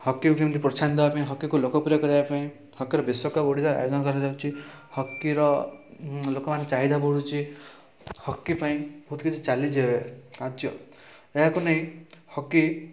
ହକିକୁ କେମିତି ପ୍ରୋତ୍ସାହନ ଦେବାପାଇଁ ହକିକୁ ଲୋକପ୍ରିୟ କରିବାପାଇଁ ହକିର ବିଶ୍ୱକପ ଓଡ଼ିଆ ଆୟୋଜନ କରାଯାଉଛି ହକିର ଉଁ ଲୋକମାନଙ୍କ ଚାହିଦା ବଢ଼ୁଛି ହକି ପାଇଁ ବହୁତ କିଛି ଚାଲିଛି ଏବେ କାର୍ଯ୍ୟ ଏହାକୁ ନେଇ ହକି